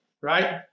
right